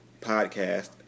podcast